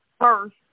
first